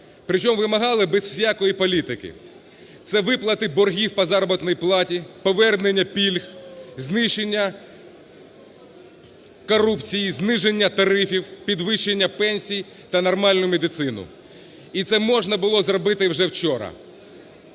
При чому вимагали без всякої політики. Це виплати боргів по заробітній платі, повернення пільг, знищення корупції, зниження тарифів, підвищення пенсій та нормальну медицину. І це можна було зробити вже вчора.